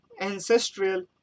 ancestral